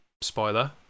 spoiler